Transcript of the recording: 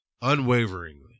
unwaveringly